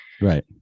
Right